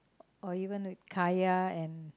or even the kaya and